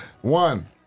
One